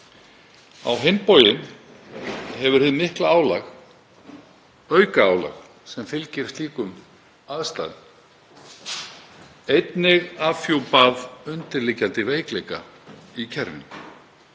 Á hinn bóginn hefur hið mikla álag, aukaálag, sem fylgir slíkum aðstæðum einnig afhjúpað undirliggjandi veikleika í kerfinu.